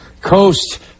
Coast